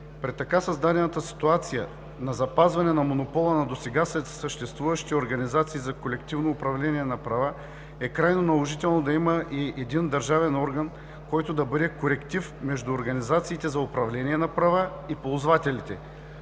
При така създадената ситуация на запазване на монопола на досега съществуващите организации за колективно управление на права е крайно наложително да има и един държавен орган, който да бъде коректив между организациите за управление на права и ползвателите.